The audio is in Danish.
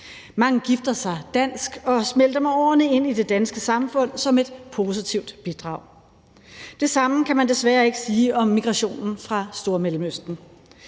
Mange gifter sig dansk og smelter med årene ind i det danske samfund som et positivt bidrag. Det samme kan man desværre ikke sige om migrationen fra Stormellemøsten.